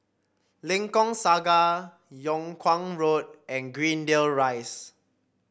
Lengkok Saga Yung Kuang Road and Greendale Rise